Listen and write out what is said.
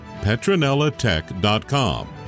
PetronellaTech.com